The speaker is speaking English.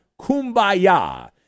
Kumbaya